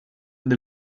del